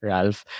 Ralph